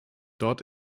dort